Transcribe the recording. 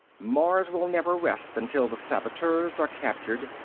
mars will never rest until the saboteurs are captured.